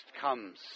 comes